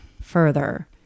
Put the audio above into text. further